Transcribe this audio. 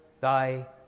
thy